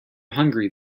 hungry